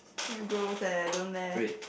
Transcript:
damn gross eh don't leh